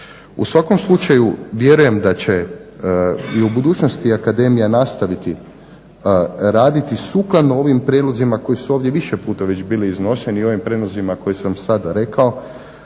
U svakom slučaju vjerujem da će i u budućnosti Akademija nastaviti raditi sukladno ovim prijedlozima koji su ovdje više puta već bili iznošeni u ovim prijedlozima koje sam sada rekao